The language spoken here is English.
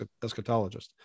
eschatologist